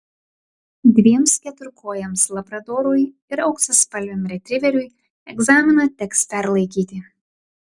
dviems keturkojams labradorui ir auksaspalviam retriveriui egzaminą teks perlaikyti